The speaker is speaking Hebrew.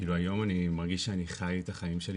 שכאילו היום אני מרגיש שאני חי את החיים שלי